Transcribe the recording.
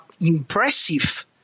impressive